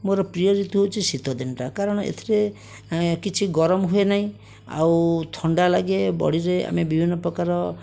ମୋର ପ୍ରିୟ ଋତୁ ହେଉଛି ଶୀତଦିନଟା କାରଣ ଏଥିରେ କିଛି ଗରମ ହୁଏନାହିଁ ଆଉ ଥଣ୍ଡା ଲାଗେ ବଡ଼ିରେ ଆମେ ବିଭିନ୍ନପ୍ରକାର